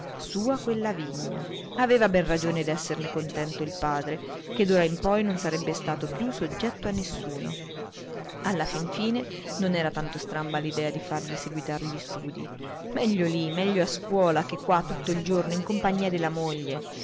sua quella vigna aveva ben ragione d'esserne contento il padre che d'ora in poi non sarebbe stato più soggetto a nessuno alla fin fine non era tanto stramba l'idea di fargli seguitare gli studii meglio lì meglio a scuola che qua tutto il giorno in compagnia della moglie